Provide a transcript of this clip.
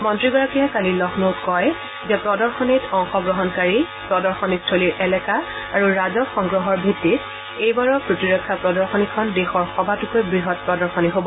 মন্ত্ৰীগৰাকীয়ে কালি লক্ষ্ণৌত কয় যে প্ৰদশনীত অংশগ্ৰহণকাৰী প্ৰদশনীস্থলীৰ এলেকা আৰু ৰাজহ সংগ্ৰহৰ ভিত্তিত এইবাৰৰ প্ৰতিৰক্ষা প্ৰদশনীখন দেশৰ সবাতোকৈ বৃহৎ প্ৰদশনী হ'ব